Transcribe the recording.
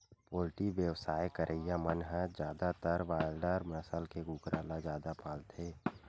poultry बेवसाय करइया मन ह जादातर बायलर नसल के कुकरा ल जादा पालथे